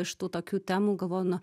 iš tų tokių temų galvojau nu